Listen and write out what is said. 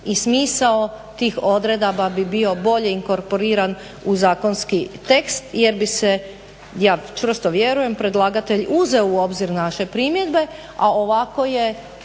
i smisao tih odredaba bi bio bolje inkorporiran u zakonski tekst jer bi se, ja čvrsto vjerujem, predlagatelj uzeo u obzir naše primjedbe, a ovako je